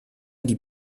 die